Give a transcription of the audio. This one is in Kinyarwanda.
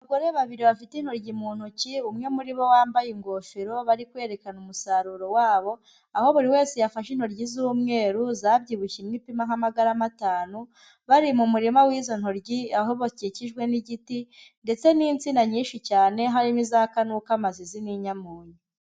Abagore babiri bafite intoryi mu ntoki umwe muri bo wambaye ingofero, bari kwerekana umusaruro wabo, aho buri wese yafashe intoryi z'umweru, zabyibushye imwe ipima nk'amagarama atanu, bari mu murima w'izo ntoryi, aho bakikijwe n'igiti ndetse n'insina nyinshi cyane, harimo iza kanuka, mazizi n'inyamunyo.